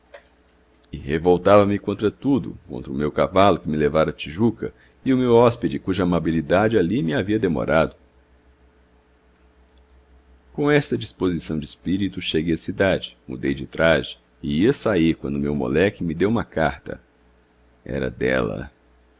revoltava me contra tudo contra o meu cavalo que me levara à tijuca e o meu hóspede cuja amabilidade ali me havia demorado com esta disposição de espírito cheguei à cidade mudei de traje e ia sair quando o meu moleque me deu uma carta era dela